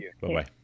Bye-bye